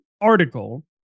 article